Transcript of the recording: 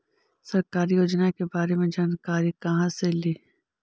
सरकारी योजना के बारे मे जानकारी कहा से ली?